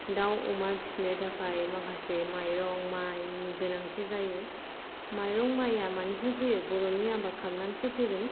दाउ अमा फिसिनो थाखाय माखासे माइरं मायनि गोनांथि जायो माइरं माया मानिफ्राय फैयो बर'नि आबाद खालामनानैसो फैगोन